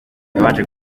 yabanje